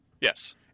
Yes